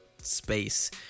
space